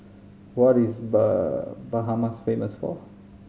what is Bahamas famous for